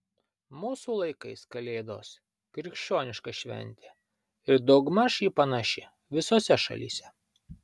mūsų laikais kalėdos krikščioniška šventė ir daugmaž ji panaši visose šalyse